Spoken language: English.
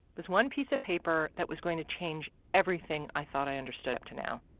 this one piece of paper that was going to change everything i thought i understood up to now.